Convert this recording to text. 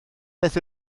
beth